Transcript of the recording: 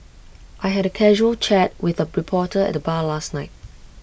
I had A casual chat with A reporter at the bar last night